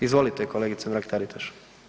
Izvolite kolegice Mrak Taritaš.